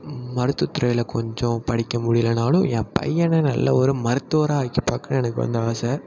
மருத்துவத்துறையில் கொஞ்சம் படிக்க முடியலைனாலும் என் பையனை நல்ல ஒரு மருத்துவராக ஆக்கி பார்க்கணுன்னு எனக்கு வந்து ஆசை